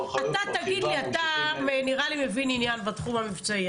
אתה נראה לי מבין עניין בתחום המבצעי.